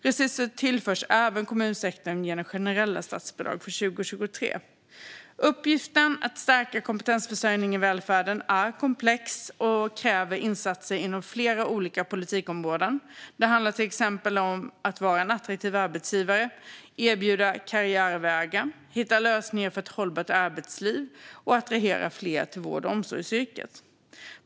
Resurser tillförs även kommunsektorn genom det generella statsbidraget för 2023. Uppgiften att stärka kompetensförsörjningen i välfärden är komplex och kräver insatser inom flera olika politikområden. Det handlar till exempel om att vara en attraktiv arbetsgivare, att erbjuda karriärvägar, att hitta lösningar för ett hållbart arbetsliv och att attrahera fler till vård och omsorgsyrket.